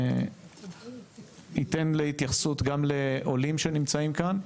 אתן התייחסות גם לעולים שנמצאים כאן,